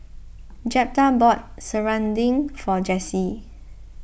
Jeptha bought Serunding for Jessie